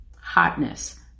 hotness